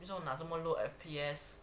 为什么拿这么 low F_P_S